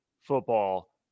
football